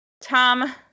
Tom